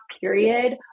period